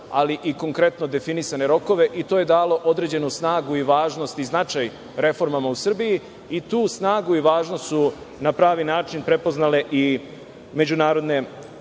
ali i konkretno definisane rokove i to je dalo određenu snagu, važnost i značaj reformama u Srbiji. Tu snagu i važnost su na pravi način prepoznale i međunarodne